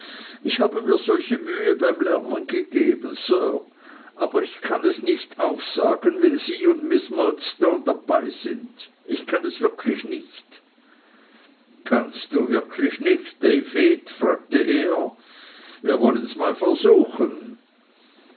ich habe mir solche mühe beim lernen gegeben sir aber ich kann es nicht aufsagen wenn sie und miß murdstone dabei sind ich kann es wirklich nicht kannst du es wirklich nicht david fragte er wir wollens mal versuchen